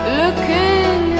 looking